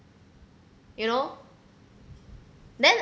you know then